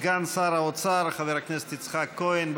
סגן שר האוצר חבר הכנסת יצחק כהן.